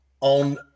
on